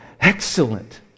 excellent